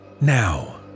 Now